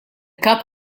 kap